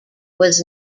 was